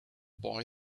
boy